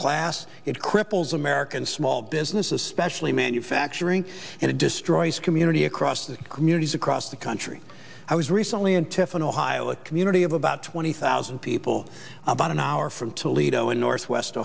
class it cripples american small business especially manufacturing and it destroys community across the communities across the country i was recently in tiffin ohio a community of about twenty thousand people about an our from toledo in northwest